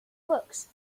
books